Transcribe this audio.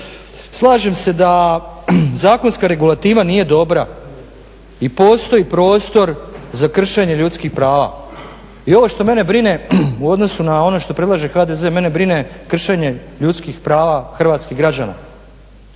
Slažem se da zakonska regulativa nije dobra i postoji prostor za kršenje ljudskih prava. I ovo što mene brine u odnosu na ono što predlaže HDZ mene brine kršenje ljudskih prava hrvatskih građana.